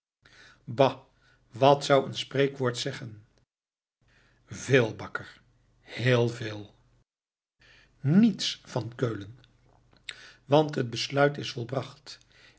bah wat zou een spreekwoord zeggen veel bakker heel veel niets van keulen want het besluit is volbracht